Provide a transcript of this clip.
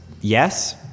yes